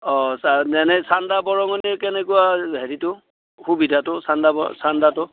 অ এনে চান্দা বৰঙণি কেনেকুৱা হেৰিটো সুবিধাটো চান্দা ব চান্দাটো